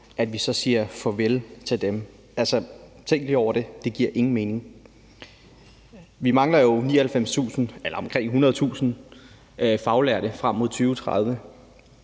At vi siger farvel til dem, giver ingen mening. Vi mangler jo 99.000 eller omkring 100.000 faglærte frem mod 2030.